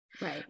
Right